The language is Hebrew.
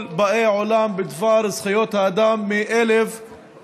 באי העולם בדבר זכויות האדם מ-1948,